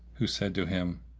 who said to him,